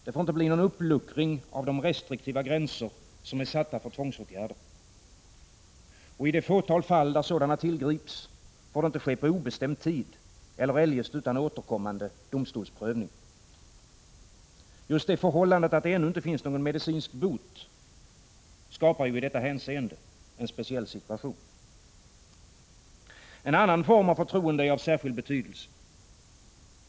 Det får inte bli någon uppluckring av de restriktiva gränser som är satta för tvångsåtgärder. Och i det fåtal fall där sådana tillgrips får det inte ske på obestämd tid eller eljest utan återkommande domstolsprövning. Just det förhållandet att det ännu inte finns någon medicinsk bot skapar ju i detta hänseende en speciell situation. En annan form av förtroende är av särskild betydelse.